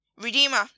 Redeemer